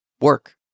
work